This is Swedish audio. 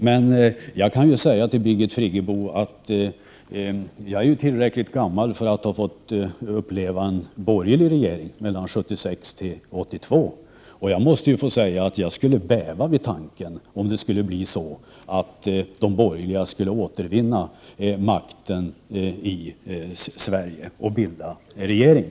Men jag är tillräckligt gammal för att ha fått uppleva en borgerlig regering åren 1976-1982. Och jag måste få säga till Birgit Friggebo att jag bävar vid tanken att det skulle bli så att de borgerliga skulle återvinna makten i Sverige och bilda regering.